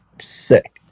sick